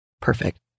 perfect